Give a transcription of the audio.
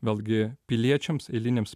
vėlgi piliečiams eiliniams